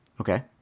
Okay